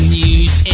news